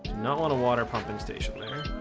not want a water pumping station later a